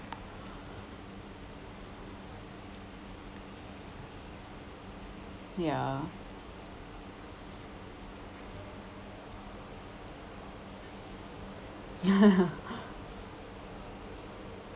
ya